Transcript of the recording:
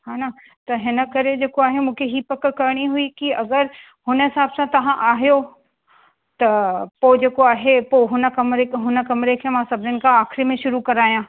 हान त हिन करे जेको आहे मूंखे ही पक करिणी हुई कि अगरि हुन हिसाब सां तव्हां आहियो त पोइ जेको आहे पोइ हुन कमरे हुन कमरे के मां सभिनी खां आखिरी में शुरू करायां